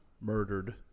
Murdered